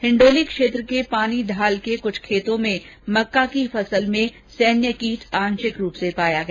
हिण्डोली क्षेत्र के पानीढाल के कुछ खेतों में मक्का की फसल में सैन्य कीट आंशिक रूप से पाया गया